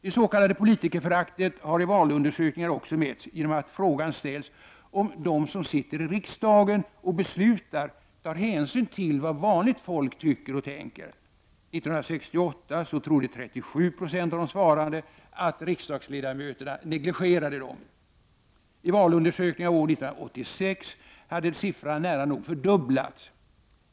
Det s.k. politikerföraktet har i valundersökningar också mätts genom att frågan ställts, om de som sitter i riksdagen och beslutar tar hänsyn till vad vanligt folk tycker och tänker. År 1968 trodde 37 96 av de svarande att riksdagsledamöterna negligerade dem. I valundersökningen av år 1986 hade siffran nära nog fördubblats.